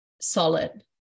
solid